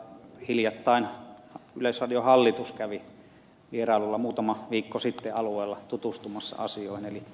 hiljattain yleisradion hallitus kävi vierailulla muutama viikko sitten alueella tutustumassa asioihin